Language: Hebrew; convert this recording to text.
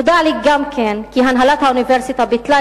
נודע לי גם כן כי הנהלת האוניברסיטה ביטלה